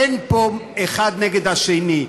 אין פה אחד נגד השני,